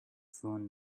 phone